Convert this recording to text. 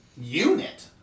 unit